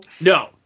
No